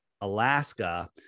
Alaska